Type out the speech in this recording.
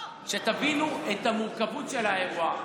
שתבינו את המורכבות של האירוע.